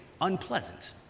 unpleasant